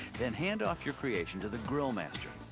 then hand off your creation to the grill master.